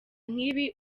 nk’ibi